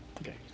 Okay